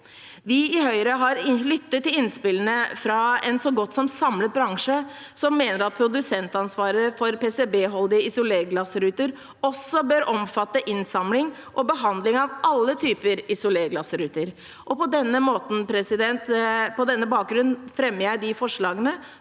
Vi i Høyre har lyttet til innspillene fra en så godt som samlet bransje, som mener at produsentansvaret for PCB-holdige isolerglassruter også bør omfatte innsamling og behandling av alle typer isolerglassruter. På denne bakgrunn fremmer jeg de forslagene